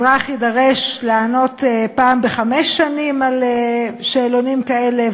אזרח יידרש לענות פעם בחמש שנים על שאלונים כאלה,